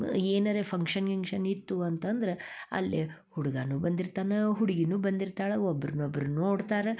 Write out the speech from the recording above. ಏನಾರೆ ಫಂಕ್ಷನ್ ಗಿಂಕ್ಷನ್ ಇತ್ತು ಅಂತಂದ್ರೆ ಅಲ್ಲೇ ಹುಡುಗನೂ ಬಂದಿರ್ತಾನೆ ಹುಡ್ಗಿಯೂ ಬಂದಿರ್ತಾಳೆ ಒಬ್ರನ್ನು ಒಬ್ರು ನೋಡ್ತಾರೆ